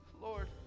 Lord